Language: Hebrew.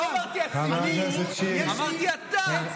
לא אמרתי הציבור, אמרתי אתה.